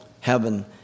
heaven